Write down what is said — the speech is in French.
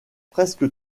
presque